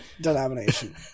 Denomination